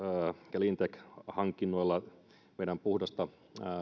cleantech hankinnoilla meidän puhdasta